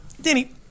Danny